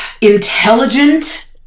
intelligent